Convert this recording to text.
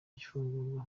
gufungirwa